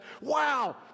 Wow